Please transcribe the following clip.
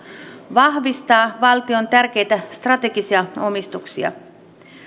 vahvistaa valtion tärkeitä strategisia omistuksia